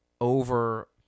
over